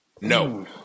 No